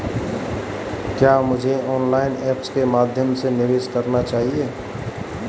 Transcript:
क्या मुझे online apps के माध्यम से निवेश करना चाहिए?